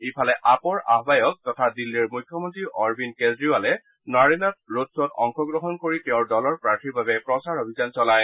ইফালে আপৰ আহায়ক তথা দিল্লীৰ মুখ্যমন্ত্ৰী অৰবিন্দ কেজৰিৱালে বাওনাৰ নাৰেলাত ৰডগ্ৰত অংশগ্ৰহণ কৰি তেওঁৰ দলৰ প্ৰাৰ্থীৰ বাবে প্ৰচাৰ অভিযান চলায়